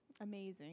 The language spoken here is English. amazing